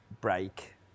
break